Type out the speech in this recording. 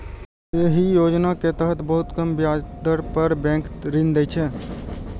एहि योजना के तहत बहुत कम ब्याज दर पर बैंक ऋण दै छै